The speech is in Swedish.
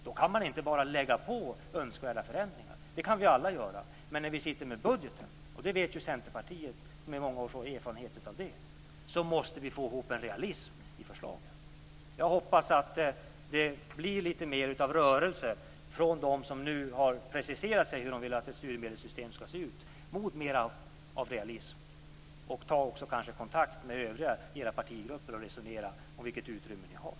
Då kan man inte bara lägga på önskvärda förändringar. Det kan vi alla göra. Men när vi sitter med budgeten - det vet ju Centerpartiet, som har många års erfarenhet av det - måste vi få ihop en realism i förslagen. Jag hoppas att det blir lite rörelse mot mer realism från dem som nu har preciserat hur de vill att ett studiemedelssystem skall se ut. Ta gärna också kontakt med övriga i era partigrupper och resonera om vilket utrymme ni har!